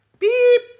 beep!